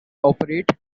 operate